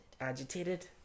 agitated